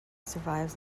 survives